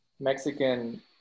Mexican